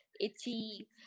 itchy